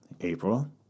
April